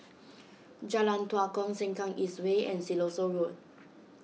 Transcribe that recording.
Jalan Tua Kong Sengkang East Way and Siloso Road